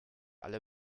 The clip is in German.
alle